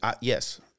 yes